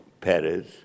Paris